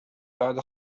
بعد